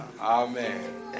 Amen